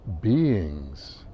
beings